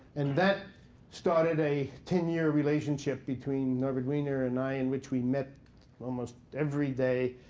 and that started a ten year relationship between norbert wiener and i in which we met almost every day,